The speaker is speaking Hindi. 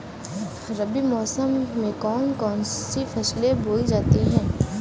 रबी मौसम में कौन कौन सी फसलें बोई जाती हैं?